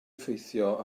effeithio